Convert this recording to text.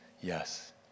yes